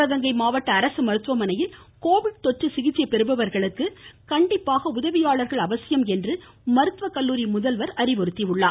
சிவகங்கை மாவட்ட அரசு மருத்துவமனையில் கோவிட் சிகிச்சை தொற்று பெறுபவர்களுக்கு கண்டிப்பாக உதவியாளர்கள் அவசியம் என்று மருத்துவ கல்லூரி முதல்வர் தெரிவித்துள்ளார்